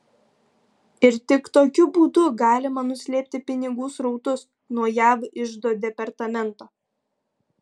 ir tik tokiu būdu galima nuslėpti pinigų srautus nuo jav iždo departamento